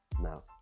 now